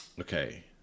okay